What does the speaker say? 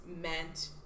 meant